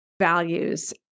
values